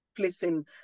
placing